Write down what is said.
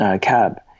Cab